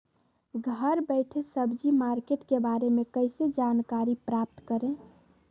घर बैठे सब्जी मार्केट के बारे में कैसे जानकारी प्राप्त करें?